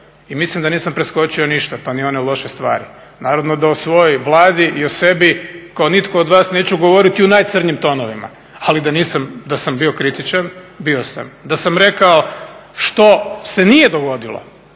i mislim da nisam preskočio ništa pa ni one loše stvari. Naravno da o svojoj Vladi i o sebi kao nitko od vas neću govoriti u najcrnjim tonovima, ali da sam bio kritičan bio sam, da sam rekao što se nije dogodilo,